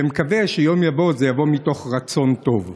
ומקווה שיום יבוא וזה יבוא מתוך רצון טוב.